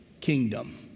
kingdom